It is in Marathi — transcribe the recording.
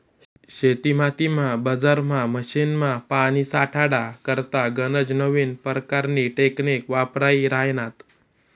शेतीमातीमा, बजारमा, मशीनमा, पानी साठाडा करता गनज नवीन परकारनी टेकनीक वापरायी राह्यन्यात